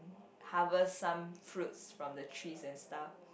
harvest some fruits from the trees and stuff